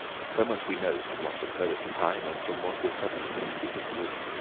so much we know from what was heard at the time and from what was subsequently seen in the room.